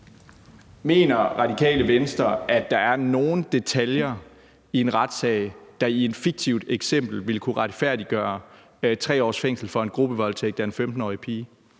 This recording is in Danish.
Mener Radikale Venstre, at der er nogen detaljer i en retssag, der i et fiktivt eksempel ville kunne retfærdiggøre 3 års fængsel for en gruppevoldtægt af en 15-årig pige?